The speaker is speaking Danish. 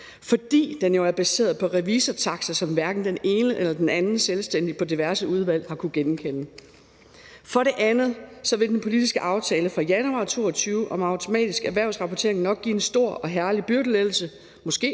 For den er jo baseret på revisortakster, som hverken den ene eller den anden selvstændige i diverse udvalg har kunnet genkende. For det andet vil den politiske aftale fra januar 2022 om automatisk erhvervsrapportering nok give en stor og herlig byrdelettelse – måske,